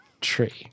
tree